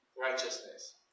Righteousness